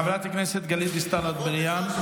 חברת הכנסת גלית דיסטל אטבריאן,